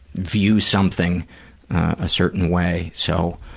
view something a certain way. so,